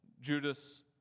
Judas